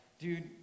dude